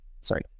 sorry